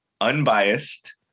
unbiased